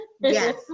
Yes